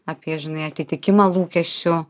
apie žinai atitikimą lūkesčių